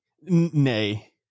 Nay